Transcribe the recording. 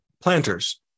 Planters